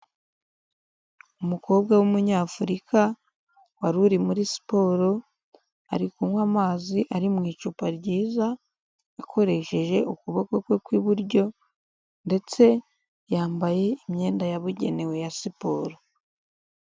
Umukobwa w'umunyafurika, wari muri siporo ari kunywa amazi ari mu icupa ryiza. Akoresheje ukuboko kwe kw'iburyo, ndetse yambaye imyenda yabugenewe ya siporo.